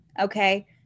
okay